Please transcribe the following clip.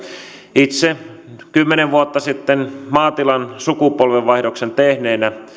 itse kymmenen vuotta sitten maatilan sukupolvenvaihdoksen tehneenä vanhemmilta